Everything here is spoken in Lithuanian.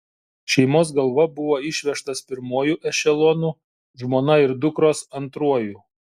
šeimos galva buvo išvežtas pirmuoju ešelonu žmona ir dukros antruoju